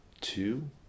two